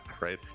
right